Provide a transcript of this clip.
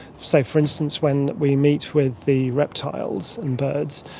say for instance when we meet with the reptiles and birds,